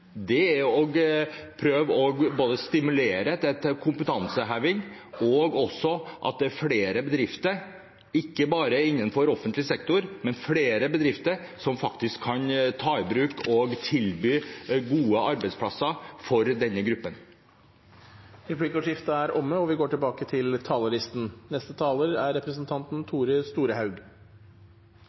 er det å prøve både å stimulere til kompetanseheving og også at ikke bare offentlig sektor, men flere bedrifter kan ta i bruk og tilby gode arbeidsplasser til denne gruppen. Replikkordskiftet er omme. Det er